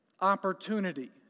opportunity